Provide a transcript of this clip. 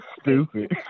Stupid